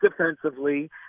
defensively